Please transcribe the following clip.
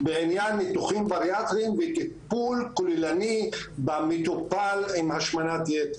בעניין ניתוחים בריאטריים וטיפול כוללני במטופל עם השמנת יתר.